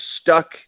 stuck